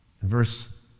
verse